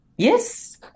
Yes